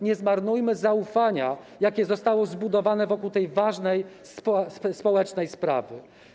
Nie zmarnujmy zaufania, jakie zostało zbudowane wokół tej ważnej społecznej sprawy.